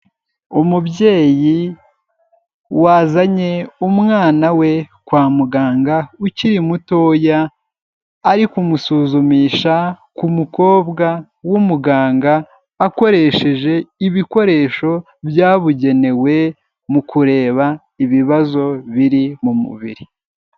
Umubyeyi wazanye umwana we kwa muganga ukiri mutoya, ari kumusuzumisha ku mukobwa w'umuganga, akoresheje ibikoresho byabugenewe mu kureba ibibazo biri mu mubiri.